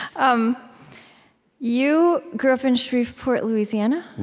um you grew up in shreveport, louisiana?